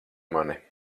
mani